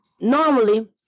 normally